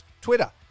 Twitter